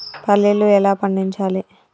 పల్లీలు ఎలా పండించాలి?